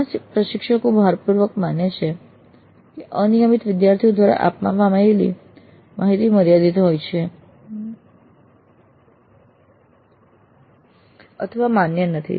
ઘણા પ્રશિક્ષકો ભારપૂર્વક માને છે કે અનિયમિત વિદ્યાર્થીઓ દ્વારા આપવામાં આવેલ માહિતી મર્યાદિત છે અથવા માન્ય નથી